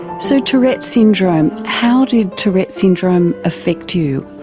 so tourette's syndrome, how did tourette's syndrome affect you?